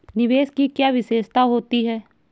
निवेश की क्या विशेषता होती है?